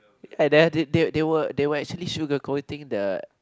and then th~ they were they were actually sugarcoating the